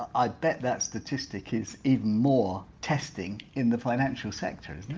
i bet that statistic is even more testing in the financial sector isn't it?